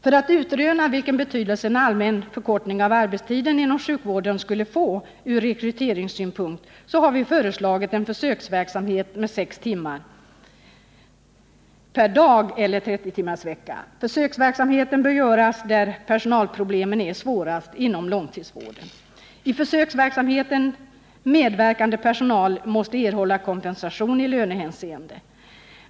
För att utröna vilken betydelse en allmän förkortning av arbetstiden inom sjukvården skulle få från rekryteringssynpunkt har vi föreslagit en försöksverksamhet med 6 timmar per dag eller 30-timmarsvecka. Försöksverksamheten bör göras där personalproblemen är svårast: inom långtidsvården. I försöksverksamheten medverkande personal måste erhålla kompensation i lönehänseende.